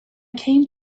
came